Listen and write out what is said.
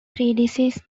predeceased